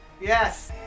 Yes